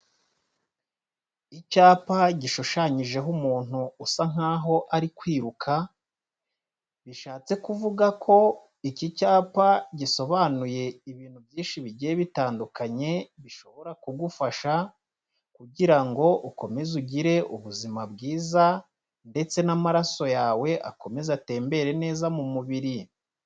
Icyapa gishushanyijeho umuntu usa nk'aho ari kwiruka, bishatse kuvuga ko iki cyapa gisobanuye ibintu byinshi bigiye bitandukanye bishobora kugufasha kugirango ukomeze ugire ubuzima bwiza ndetse n'amaraso yawe akomeze atembere neza mu mubiri.